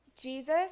Jesus